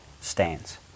stains